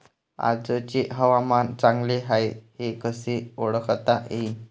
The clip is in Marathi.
आजचे हवामान चांगले हाये हे कसे ओळखता येईन?